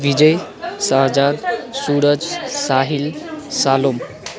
Bijay Sahajat Suraj Sahil Salok